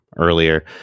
earlier